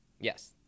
Yes